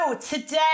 today